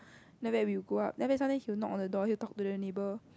that we will go up then after that sometimes he'll knock on the door he'll talk to the neighbour